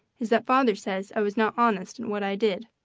is that father says i was not honest in what i did.